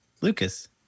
Lucas